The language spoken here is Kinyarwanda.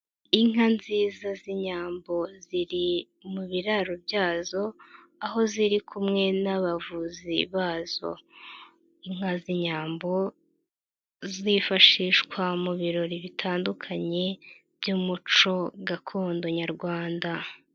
Inka nziza z'inyambo ziri mu biraro byazo, aho ziri kumwe n'abavuzi bazo. Inka z'inyambo zifashishwa mu birori bitandukanye by'umuco gakondo nyarwanda.